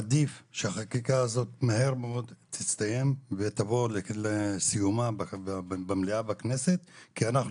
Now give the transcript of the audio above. עדיף שהחקיקה הזאת מהר מאוד תסתיים ותבוא לסיומה במליאה בכנסת כי אנחנו